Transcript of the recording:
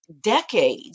decades